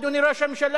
אדוני ראש הממשלה,